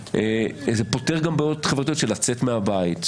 זה פותר גם בעיות חברתיות של לצאת מהבית,